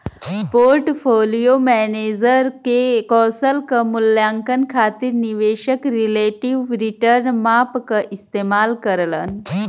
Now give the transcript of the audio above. portfolio manager के कौशल क मूल्यांकन खातिर निवेशक रिलेटिव रीटर्न माप क इस्तेमाल करलन